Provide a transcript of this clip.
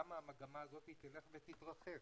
כמה המגמה הזאת תלך ותתרחב.